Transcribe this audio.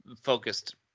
focused